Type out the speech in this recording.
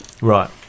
Right